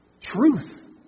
truth